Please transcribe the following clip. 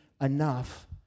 enough